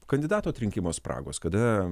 kandidatų atrinkimo spragos kada